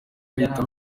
bahita